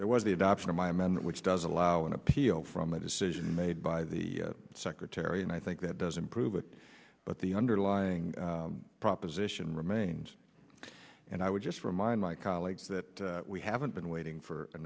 there was the adoption of my men which doesn't allow an appeal from a decision made by the secretary and i think that doesn't prove it but the underlying proposition remains and i would just remind my colleagues that we haven't been waiting for a